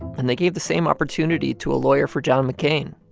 and they gave the same opportunity to a lawyer for john mccain,